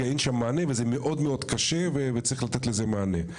אין שם מענה וזה מאוד מאוד קשה וצריך לתת לזה מענה.